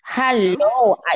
Hello